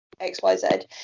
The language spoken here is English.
xyz